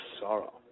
Sorrow